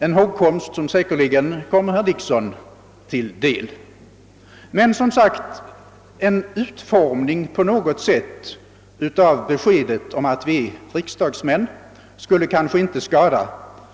Den hågkomsten kommer säkerligen herr Dickson till del. Men, som sagt, en bättre utformning på något sätt av beskedet att vi är riksdagsmän skulle inte skada.